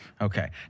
Okay